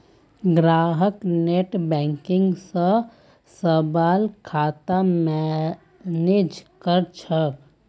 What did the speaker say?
ग्राहक नेटबैंकिंग स सबला खाता मैनेज कर छेक